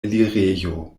elirejo